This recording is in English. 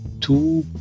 two